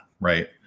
right